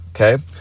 Okay